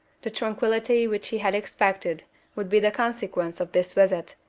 the tranquillity which he had expected would be the consequence of this visit,